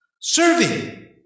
serving